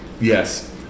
yes